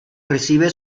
recibe